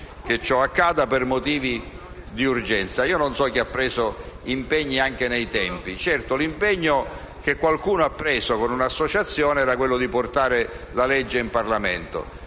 che ciò accada, per motivi di urgenza. Non so chi abbia preso impegni anche nei tempi. L'impegno che qualcuno ha preso con un'associazione era quello di portare la legge in Parlamento;